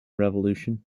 revolution